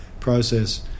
Process